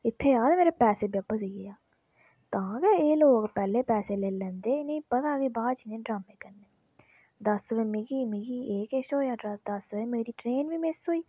इत्थे आ ते मेरे पैसे बापस देइयै जा तां गै एह् लोक पैह्ले पैसे लेई लैंदे इनेंगी पता इनें बाद च ड्रामें करने दस बजे मिकी मिकी एह् किश होएआ दस बजे मेरी ट्रेन बी मिस होई